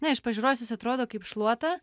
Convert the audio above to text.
na iš pažiūros atrodo kaip šluota